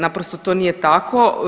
Naprosto to nije tako.